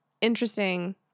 interesting